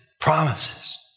promises